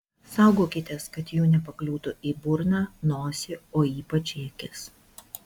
saugokitės kad jų nepakliūtų į burną nosį o ypač į akis